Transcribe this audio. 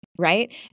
right